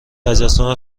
تجسم